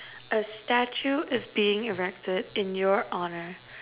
a statue is being erected in your honour